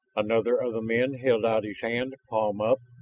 another of the men held out his hand, palm up,